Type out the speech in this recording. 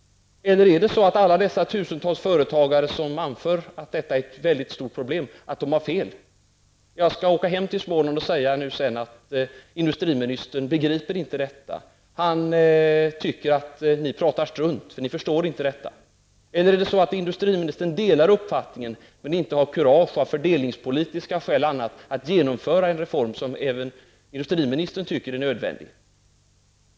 Eller har alla dessa tusentals företagare fel som anför att detta är väldigt stort problem? Jag skall åka hem till Småland och säga att industriministern begriper inte detta. Han tycker att ni pratar strunt. Eller är det så att industriministern delar deras uppfattning men inte har kurage -- av fördelningspolitiska skäl och annat -- att genomföra en reform som industriministern tycker är nödvändig?